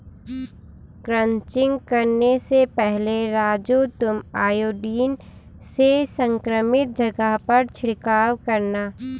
crutching करने से पहले राजू तुम आयोडीन से संक्रमित जगह पर छिड़काव करना